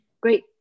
great